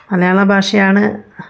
മലയാള ഭാഷയാണ്